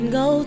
go